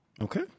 Okay